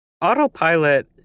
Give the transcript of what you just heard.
Autopilot